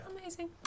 Amazing